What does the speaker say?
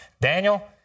Daniel